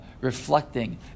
reflecting